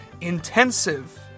intensive